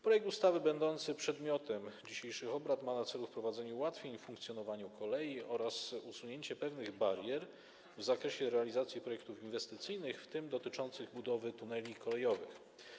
Projekt ustawy będący przedmiotem dzisiejszych obrad ma na celu wprowadzenie ułatwień w funkcjonowaniu kolei oraz usunięcie pewnych barier w zakresie realizacji projektów inwestycyjnych, w tym dotyczących budowy tuneli kolejowych.